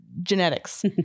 genetics